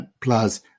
Plus